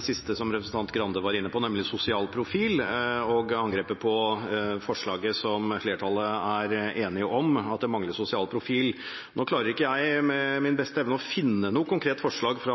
siste representanten Grande var inne på, nemlig sosial profil og angrepet på forslaget som flertallet er enig om, at det mangler sosial profil. Nå klarer ikke jeg med min beste evne å finne noe konkret forslag til